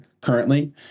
currently